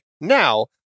now